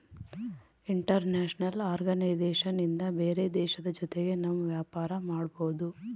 international organisation ಇಂದ ಬೇರೆ ದೇಶದ ಜೊತೆಗೆ ನಮ್ ವ್ಯಾಪಾರ ಮಾಡ್ಬೋದು